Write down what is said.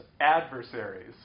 adversaries